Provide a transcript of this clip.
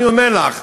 אני אומר לך,